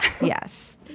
yes